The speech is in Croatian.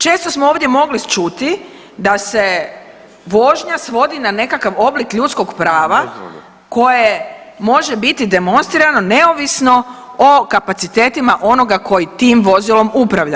Često smo ovdje mogli čuti da se vožnja svodi na nekakav oblik ljudskog prava koje može biti demonstrirano neovisno o kapacitetima onoga koji tim vozilom upravlja.